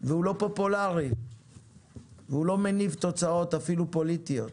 והוא לא פופולארי והוא לא מניב תוצאות אפילו פוליטיות,